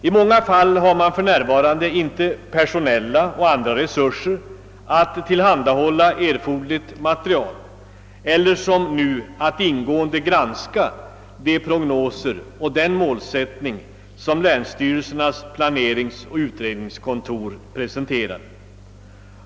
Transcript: I många fall har man för närvarande inte personella och andra resurser att tillhandahålla erforderligt material eller att ingående granska de prognoser och den målsättning som länsstyrelsernas planeringsoch utredningskontor presenterar.